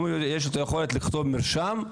אם יש לו יכולת לכתוב מרשם,